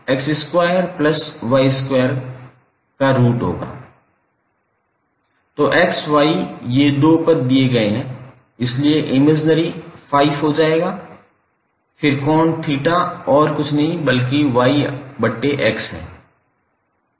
तो x y ये दो पद दिए गए हैं इसलिए 𝐼𝑚 5 हो जायेगा फिर कोण थीटा और कुछ नहीं बल्कि 𝑦𝑥 है